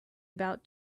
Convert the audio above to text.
about